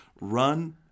Run